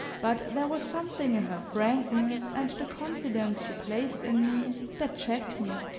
but there was something in her frankness and the confidence she placed in me, that checked me